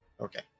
Okay